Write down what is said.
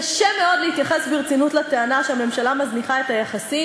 קשה מאוד להתייחס ברצינות לטענה שהממשלה מזניחה את היחסים,